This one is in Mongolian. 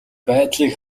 байдлыг